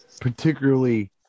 particularly